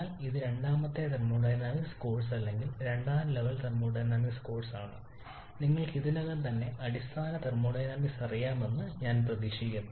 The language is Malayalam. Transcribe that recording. എന്നാൽ ഇത് രണ്ടാമത്തെ തെർമോഡൈനാമിക്സ് കോഴ്സ് അല്ലെങ്കിൽ രണ്ടാം ലെവൽ തെർമോഡൈനാമിക്സ് കോഴ്സാണ് നിങ്ങൾക്ക് ഇതിനകം തന്നെ അടിസ്ഥാന തെർമോഡൈനാമിക്സ് അറിയാമെന്ന് പ്രതീക്ഷിക്കുന്നു